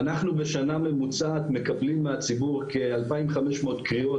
אנחנו בשנה ממוצעת מקבלים מהציבור כ-2,500 קריאות